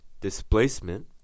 displacement